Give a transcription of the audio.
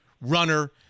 runner